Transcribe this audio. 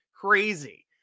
Crazy